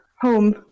home